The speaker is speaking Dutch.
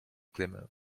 klimmen